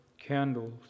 candles